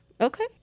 okay